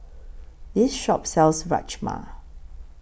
This Shop sells Rajma